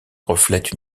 reflète